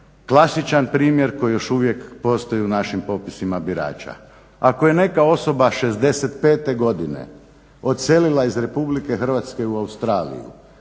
klasičan primjer koji još uvijek postoji u našim popisima birača. Ako je neka osoba '65. godine odselila iz Republike Hrvatske u Australiju,